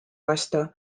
vastu